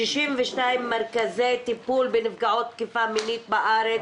62 מרכזי טיפול בנפגעות תקיפה מינית בארץ,